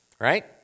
right